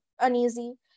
uneasy